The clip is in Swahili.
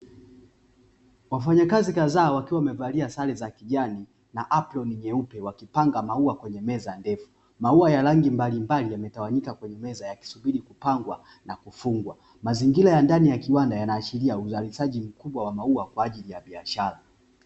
Wafanyakazi kadhaa wakiwa wamevalia sare za kijani na aproni nyeupe, wakipanga maua kwenye meza ndevu maua ya rangi mbalimbali yametawanyika kwenye meza; yakisubiri kupangwa na kufungwa mazingira ya ndani ya kiwanda yanaashiria uzalishaji mkubwa wa maua kwa ajili ya biashara.